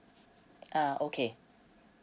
uh okay